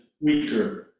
weaker